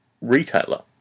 Retailer